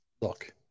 look